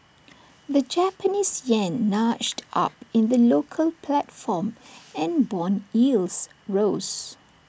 the Japanese Yen nudged up in the local platform and Bond yields rose